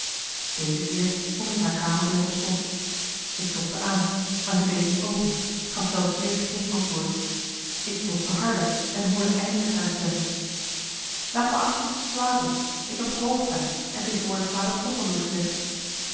deze keer vond ik haar kamerdeur op slot ik klopte aan maar zij deed niet open gaf zelfs eerst geen antwoord ik klopte harder en hoorde eindelijk haar stem laat me asjeblieft slapen ik heb hoofdpijn en tegenwoordig slaap ik toch al zoo slecht